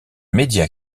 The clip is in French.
médias